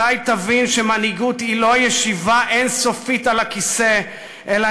מתי תבין שמנהיגות היא לא ישיבה אין-סופית על הכיסא אלא